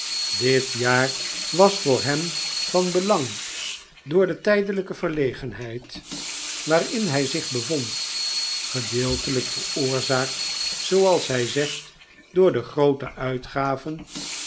dit jaar was voor hem van belang door de tijdelijke verlegenheid waarin hij zich bevond gedeeltelijk veroorzaakt zooals hij zegt door de groote uitgaven